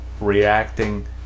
reacting